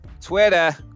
Twitter